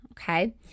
okay